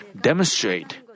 demonstrate